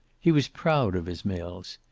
he was proud of his mills.